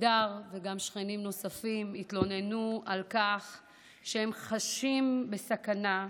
לידר ושכנים נוספים התלוננו שהם חשים בסכנה,